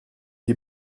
die